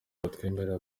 batwemerera